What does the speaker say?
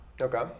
okay